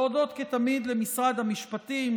להודות כתמיד למשרד המשפטים,